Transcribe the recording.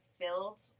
filled